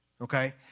okay